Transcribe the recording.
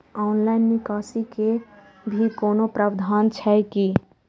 Online निकासी के भी कोनो प्रावधान छै की?